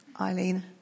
Eileen